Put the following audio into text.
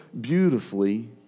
beautifully